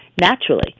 naturally